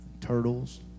turtles